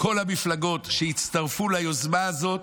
כל המפלגות שהצטרפו ליוזמה הזאת,